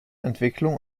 entwicklung